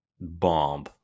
bomb